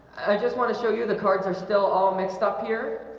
i just want to show you the cards are still all mixed up here.